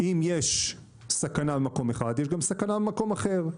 אם יש סכנה במקום אחד יש גם סכנה במקום אחר,